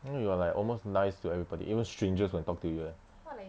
you know you are like almost nice to everybody even strangers when talk to you eh